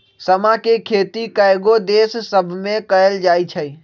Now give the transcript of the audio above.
समा के खेती कयगो देश सभमें कएल जाइ छइ